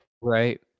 Right